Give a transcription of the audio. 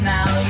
Now